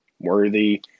worthy